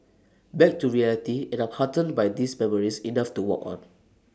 back to reality and I'm heartened by these memories enough to walk on